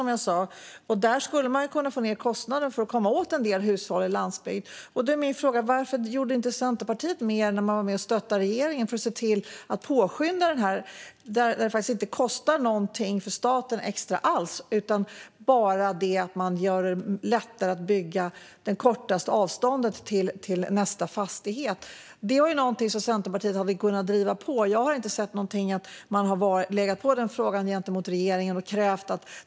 På så vis skulle man kunna få ned kostnaden för att komma åt en del hushåll på landsbygden. Varför gjorde Centerpartiet inte mer när man stödde regeringen för att påskynda detta som faktiskt inte kostar något extra för staten utan bara underlättar utbyggnad där avståndet till nästa fastighet är kortast? Detta hade Centerpartiet kunnat driva på för, men jag såg inte att man låg på regeringen och krävde det.